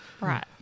Right